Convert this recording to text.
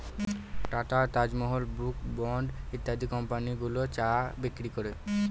tata, Taj Mahal, Brooke Bond ইত্যাদি company গুলো চা বিক্রি করে